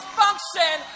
function